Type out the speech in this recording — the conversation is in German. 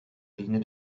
linie